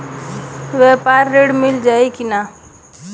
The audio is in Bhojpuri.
व्यापारी ऋण मिल जाई कि ना?